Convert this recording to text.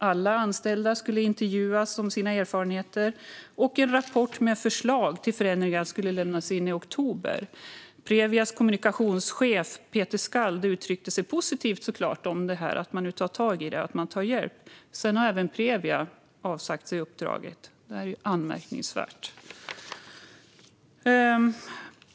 Alla anställda skulle intervjuas om sina erfarenheter, och en rapport med förslag till förändringar skulle lämnas in i oktober. Previas kommunikationschef Peter Skald uttryckte sig såklart positivt om att man tog tag i detta och att man tog hjälp. Sedan har dock Previa avsagt sig uppdraget. Detta är anmärkningsvärt.